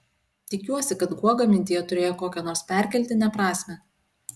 tikiuosi kad guoga mintyje turėjo kokią nors perkeltinę prasmę